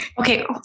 okay